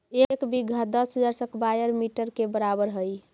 एक बीघा दस हजार स्क्वायर मीटर के बराबर हई